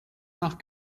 nach